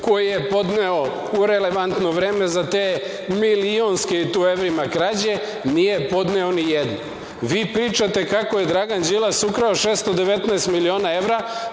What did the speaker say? koju je podneo u relevantno vreme za te milionske, i to u evrima, krađe. Nije podneo ni jednu. Vi pričate kako je Dragan Đilas ukrao 619 miliona evra,